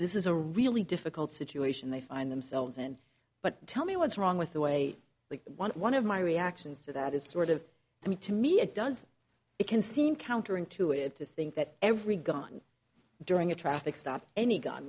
this is a really difficult situation they find themselves in but tell me what's wrong with the way the one one of my reactions to that is sort of i mean to me it does it can seem counter intuitive to think that every gun during a traffic stop any gun